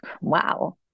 wow